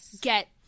get